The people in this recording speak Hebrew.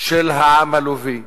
העם הלובי.